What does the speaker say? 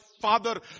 father